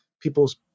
people's